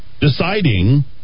deciding